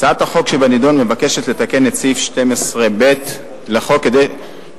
הצעת החוק שבנדון מבקשת לתקן את סעיף 12ב לחוק כך